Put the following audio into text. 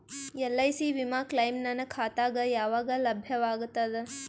LIC ವಿಮಾ claim ನನ್ನ ಖಾತಾಗ ಯಾವಾಗ ಲಭ್ಯವಾಗತದ?